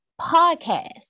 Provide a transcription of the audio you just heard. podcast